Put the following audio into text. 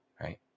right